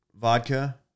vodka